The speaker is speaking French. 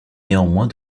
néanmoins